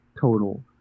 total